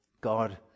God